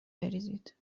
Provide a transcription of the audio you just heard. بریزید